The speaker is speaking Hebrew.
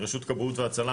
רשות כבאות והצלה,